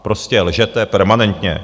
Prostě lžete permanentně!